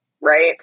right